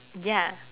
ya